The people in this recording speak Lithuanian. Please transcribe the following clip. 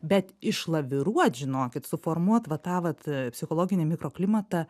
bet išlaviruot žinokit suformuot va tą vat psichologinį mikroklimatą